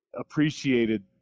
appreciated